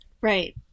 Right